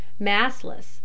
Massless